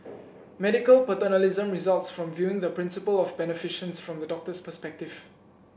medical paternalism results from viewing the principle of beneficence from the doctor's perspective